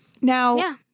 Now